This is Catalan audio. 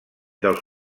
dels